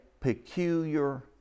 peculiar